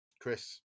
Chris